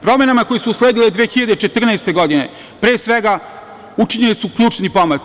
Promenama koje su usledile 2014. godine, pre svega, učinjeni su ključni pomaci.